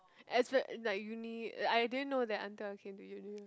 espe~ like uni I didn't know that until I came to uni